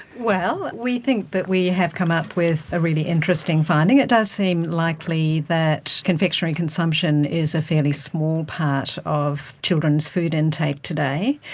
well, we think that we have come up with a really interesting finding. it does seem likely that confectionery consumption is a fairly small part of children's food intake today.